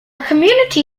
community